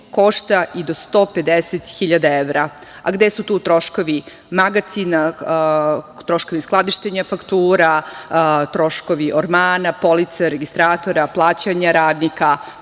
košta i do 150 hiljada evra. A gde su tu troškovi magacina, troškovi skladištenja faktura, troškovi ormara, polica, registratora, plaćanje radnika,